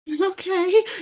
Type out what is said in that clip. Okay